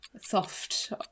soft